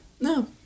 No